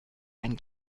ein